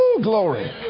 glory